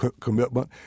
commitment